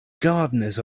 gardeners